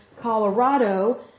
Colorado